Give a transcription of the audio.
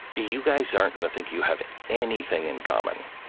you guys aren't going to think you have anything in common.